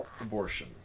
abortion